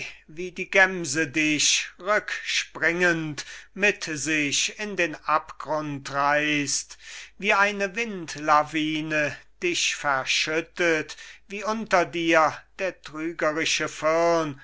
wie die gemse dich rückspringend mit sich in den abgrund reisst wie eine windlawine dich verschüttet wie unter dir der trügerische